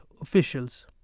officials